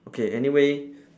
okay anyway